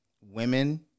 women